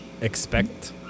expect